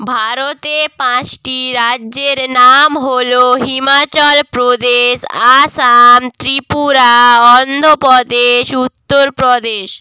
ভারতে পাঁচটি রাজ্যের নাম হলো হিমাচল প্রদেশ আসাম ত্রিপুরা অন্ধ্র প্রদেশ উত্তর প্রদেশ